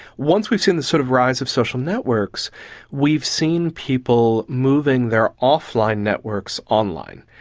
once we've seen the sort of rise of social networks we've seen people moving their off-line networks online.